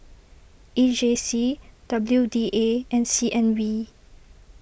E J C W D A and C N B